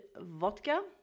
vodka